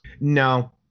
No